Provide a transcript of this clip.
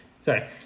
Sorry